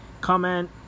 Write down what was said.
comment